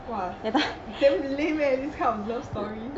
!wah! can't believe leh this kind of love story